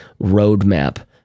roadmap